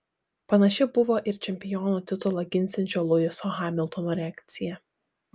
panaši buvo ir čempiono titulą ginsiančio luiso hamiltono reakcija